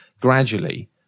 gradually